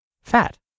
fat